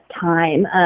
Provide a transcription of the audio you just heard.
time